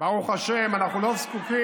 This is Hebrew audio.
אני אגיד